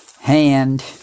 hand